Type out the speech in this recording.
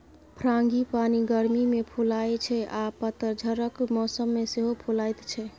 frangipani गर्मी मे फुलाइ छै आ पतझरक मौसम मे सेहो फुलाएत छै